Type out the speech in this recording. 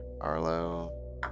Arlo